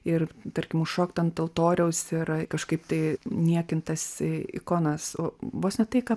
ir tarkim užšokt ant altoriaus ir kažkaip tai niekint tas ikonas o vos ne tai ką